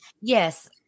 Yes